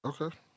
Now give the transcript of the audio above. Okay